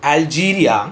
Algeria